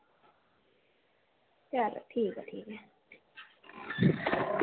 चलो ठीक ऐ ठीक ऐ